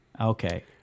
Okay